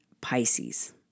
Pisces